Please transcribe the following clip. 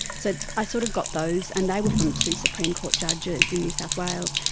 so i sort of got those, and they were from two supreme court judges in new south wales.